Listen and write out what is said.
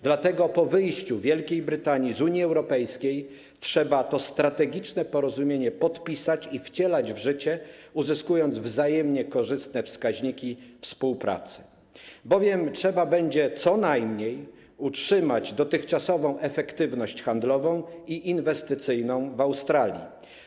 Dlatego po wyjściu Wielkiej Brytanii z Unii Europejskiej trzeba to strategiczne porozumienie podpisać i wcielać w życie, uzyskując wzajemnie korzystne wskaźniki współpracy, bowiem trzeba będzie co najmniej utrzymać dotychczasową efektywność handlową i inwestycyjną w Australii.